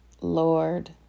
Lord